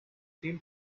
team